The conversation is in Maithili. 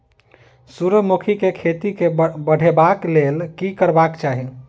सूर्यमुखी केँ खेती केँ बढ़ेबाक लेल की करबाक चाहि?